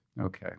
Okay